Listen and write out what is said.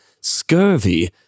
Scurvy